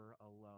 alone